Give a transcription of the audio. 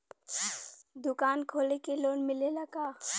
दुकान खोले के लोन मिलेला का?